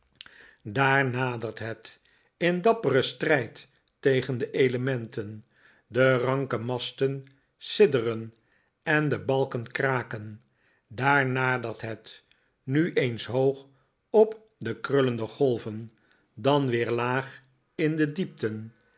daar nadert het in dapperen strijd tegen de elementen de rarike masten sidderen en de balken kraken daar nadert het nu eens hoog op de krullende golven dan weer laag in de diepten